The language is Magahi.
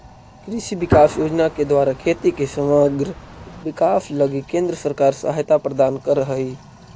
कृषि विकास योजना के द्वारा खेती के समग्र विकास लगी केंद्र सरकार सहायता प्रदान करऽ हई